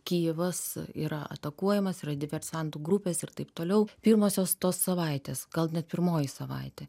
kijevas yra atakuojamas yra diversantų grupės ir taip toliau pirmosios tos savaitės gal net pirmoji savaitė